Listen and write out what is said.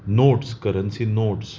notes currency notes